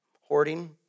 hoarding